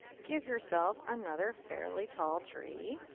give yourself another fairly tall tree.